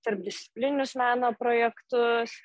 tarpdisciplininius meno projektus